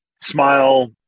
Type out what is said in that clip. Smile